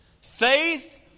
Faith